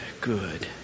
good